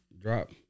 drop